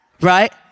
Right